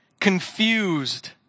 confused